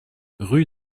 rue